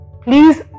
please